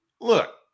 look